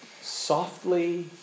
softly